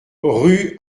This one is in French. rue